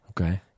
Okay